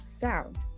sound